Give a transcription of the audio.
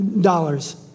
dollars